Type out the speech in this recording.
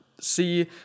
see